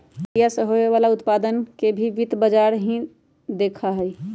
खेतीया से होवे वाला उत्पादन के भी वित्त बाजार ही देखा हई